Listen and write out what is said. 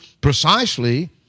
precisely